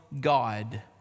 God